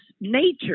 nature